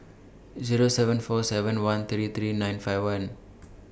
Zero seven four seven one three three nine five one